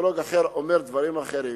אונקולוג אחר אומר דברים אחרים.